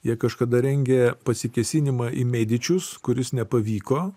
jie kažkada rengė pasikėsinimą į medičius kuris nepavyko